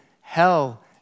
hell